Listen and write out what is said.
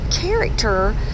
character